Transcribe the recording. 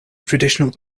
traditional